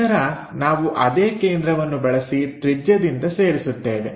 ನಂತರ ನಾವು ಅದೇ ಕೇಂದ್ರವನ್ನು ಬಳಸಿ ತ್ರಿಜ್ಯದಿಂದ ಸೇರಿಸುತ್ತೇವೆ